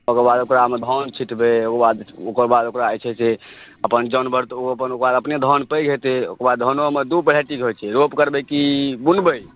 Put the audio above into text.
ओकरबाद ओकरामे धान छिटबै ओकरबाद ओकरबाद ओकरा जे छै से अपन जन बर ओ अपन अपने धान पैघ होयतै फेर ओकरबाद धानोमे दू भेरायटी होइत छै ओकरा रोपबै की बुनबै